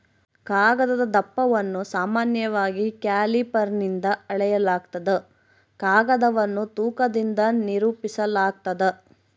ಕಾಗದದ ದಪ್ಪವನ್ನು ಸಾಮಾನ್ಯವಾಗಿ ಕ್ಯಾಲಿಪರ್ನಿಂದ ಅಳೆಯಲಾಗ್ತದ ಕಾಗದವನ್ನು ತೂಕದಿಂದ ನಿರೂಪಿಸಾಲಾಗ್ತದ